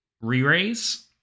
re-raise